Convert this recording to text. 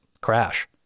crash